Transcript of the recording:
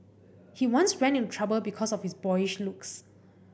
he once ran into trouble because of his boyish looks